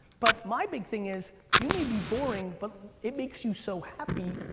but my big thing is, you may be boring but it makes you so happy.